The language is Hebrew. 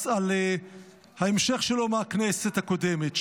על ההמשך שלו מהכנסת הקודמת?